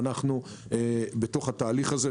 ואנחנו בתוך התהליך הזה.